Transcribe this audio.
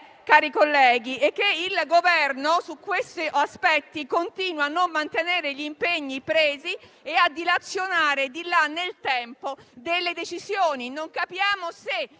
Cari colleghi, il punto è che il Governo, su questi aspetti, continua a non mantenere gli impegni presi e a dilazionare nel tempo le decisioni.